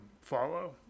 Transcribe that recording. follow